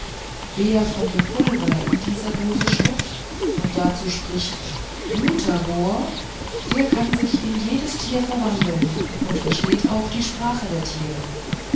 wer von dem pulver in dieser dose schnupft und dazu spricht mutabor der kann sich in jedes tier verwandeln und versteht auch die sprache der tiere